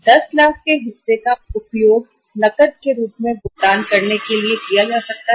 10 लाख के हिस्से का उपयोग नकद के रूप में भुगतान करने के लिए किया जा सकता है